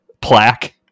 plaque